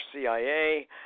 CIA